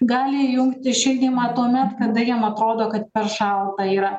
gali įjungti šildymą tuomet kada jiem atrodo kad per šalta yra